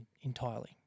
entirely